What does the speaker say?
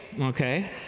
okay